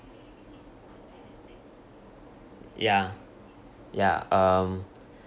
ya ya um